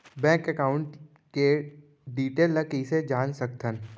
Bank account के detail ल कइसे जान सकथन?